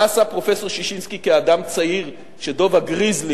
מה עשה פרופסור ששינסקי כאדם צעיר כשדוב גריזלי